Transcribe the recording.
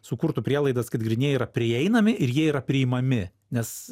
sukurtų prielaidas kad grynieji yra prieinami ir jie yra priimami nes